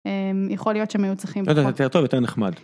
יכול להיות שהם היו צריכים, לא יודע אם יותר טוב יותר נחמד.